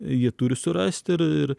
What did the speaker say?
jie turi surasti ir ir